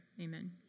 Amen